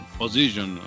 position